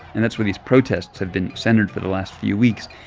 and that's where these protests have been centered for the last few weeks.